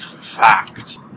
fact